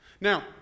Now